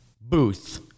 booth